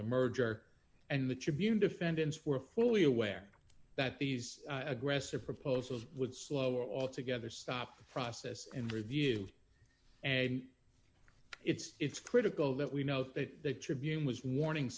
the merger and the tribune defendants were fully aware that these aggressive proposals would slow or altogether stop the process and review and it's critical that we know that the tribune was warning